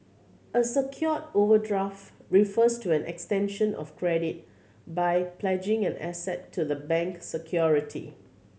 a secured overdraft refers to an extension of credit by pledging an asset to the bank security